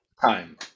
time